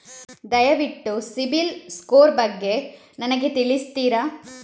ದಯವಿಟ್ಟು ಸಿಬಿಲ್ ಸ್ಕೋರ್ ಬಗ್ಗೆ ನನಗೆ ತಿಳಿಸ್ತಿರಾ?